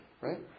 right